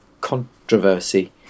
controversy